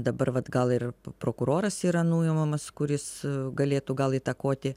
dabar vat gal ir prokuroras yra nuimamas kuris galėtų gal įtakoti